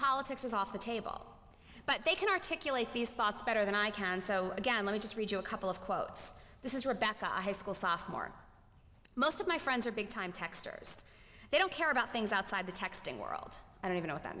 politics is off the table but they can articulate these thoughts better than i can so again let me just read you a couple of quotes this is rebecca high school sophomore most of my friends are big time texters they don't care about things outside the texting world i don't even know what that